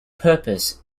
purpose